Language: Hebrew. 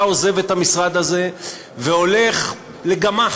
אתה עוזב את המשרד הזה והולך לגמ"ח,